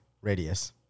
radius